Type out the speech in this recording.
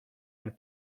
and